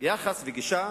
יחס וגישה